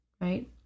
Right